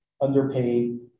underpaid